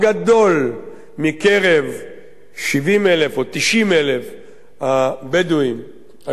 מקרב 70,000 או 90,000 הבדואים היושבים בכפרים,